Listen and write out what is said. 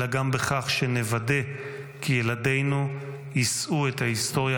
אלא גם בכך שנוודא כי ילדינו יישאו את ההיסטוריה